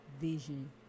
vision